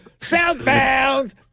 Southbound